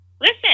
Listen